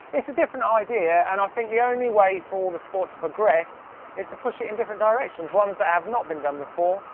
it's a different idea, and i think the only way for the sport to progress is to push it into and different directions. ones that have not been done before,